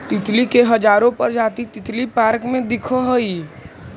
तितली के हजारो प्रजाति तितली पार्क में दिखऽ हइ